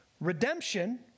Redemption